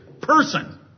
person